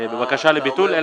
בבקשה לביטול.